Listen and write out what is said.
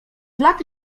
laty